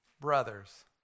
Brothers